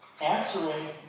answering